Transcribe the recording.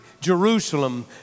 Jerusalem